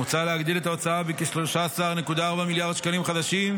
מוצע להגדיל את ההוצאה ב-13.4 מיליארד שקלים חדשים,